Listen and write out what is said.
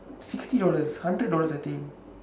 sixty dollars hundred dollars I think